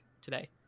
today